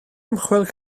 ymchwil